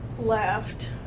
left